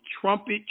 trumpet